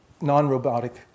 non-robotic